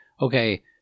okay